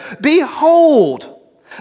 behold